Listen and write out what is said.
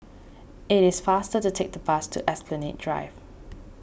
it is faster to take the bus to Esplanade Drive